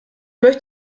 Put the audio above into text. möchte